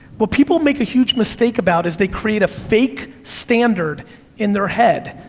but people make a huge mistake about is they create a fake standard in their head.